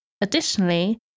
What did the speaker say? Additionally